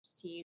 team